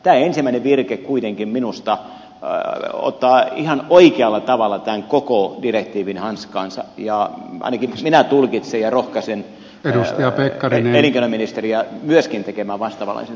tämä ensimmäinen virke kuitenkin minusta ottaa ihan oikealla tavalla tämän koko direktiivin hanskaansa ja ainakin minä tulkitsen näin ja rohkaisen myöskin elinkeinoministeriötä tekemään vastaavanlaisen tulkinnan tästä